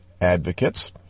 advocates